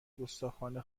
گستاخانه